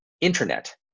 internet